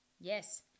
Yes